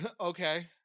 Okay